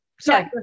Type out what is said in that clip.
sorry